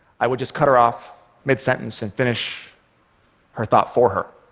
i would just cut her off mid-sentence and finish her thought for her.